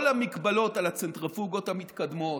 כל ההגבלות על הצנטריפוגות המתקדמות,